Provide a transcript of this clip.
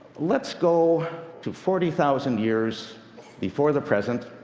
let's go to forty thousand years before the present,